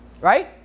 right